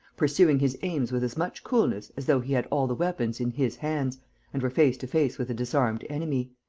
pursuing his aims with as much coolness as though he had all the weapons in his hands and were face to face with a disarmed enemy.